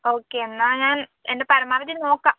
okay എന്നാ ഞാൻ എൻ്റെ പരമാവധി നോക്കാം